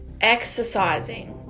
exercising